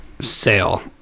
Sale